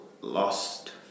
lost